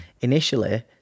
initially